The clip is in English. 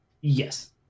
Yes